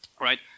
right